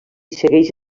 segueix